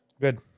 Good